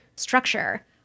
structure